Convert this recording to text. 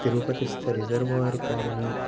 तिरुपतिस्थ reservoir colony